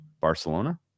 Barcelona